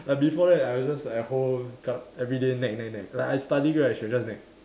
but before that I will just at home c~ everyday nag nag nag like I studying right she'll just nag